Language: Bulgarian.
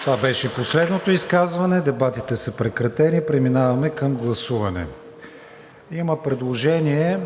Това беше последното изказване. Дебатите са прекратени. Преминаваме към гласуване. Има предложение